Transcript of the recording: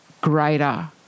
greater